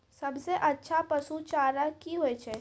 सबसे अच्छा पसु चारा की होय छै?